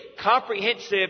comprehensive